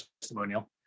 testimonial